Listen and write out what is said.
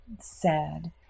Sad